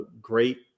great